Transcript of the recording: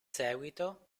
seguito